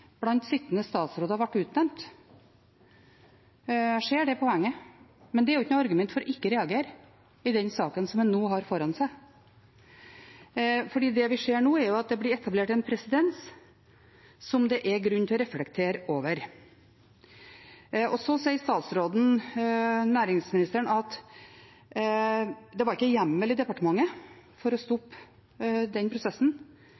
ser det poenget, men det er jo ikke noe argument for å ikke reagere i den saken som man nå har foran seg. Det vi ser nå, er at det blir etablert en presedens som det er grunn til å reflektere over. Så sier næringsministeren at det ikke var hjemmel i departementet for å stoppe prosessen,